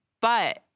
but-